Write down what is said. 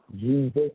Jesus